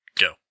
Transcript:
go